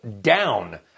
down